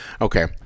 okay